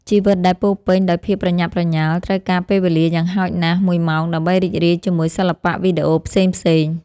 ជីវិតដែលពោរពេញដោយភាពប្រញាប់ប្រញាល់ត្រូវការពេលវេលាយ៉ាងហោចណាស់មួយម៉ោងដើម្បីរីករាយជាមួយសិល្បៈវីដេអូផ្សេងៗ។